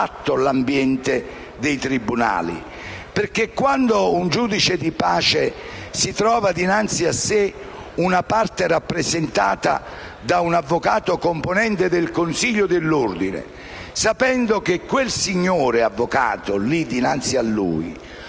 un giudice di pace che si trova dinanzi a sé una parte rappresentata da un avvocato componente del consiglio dell'ordine, sapendo che quel signor avvocato, dopodomani,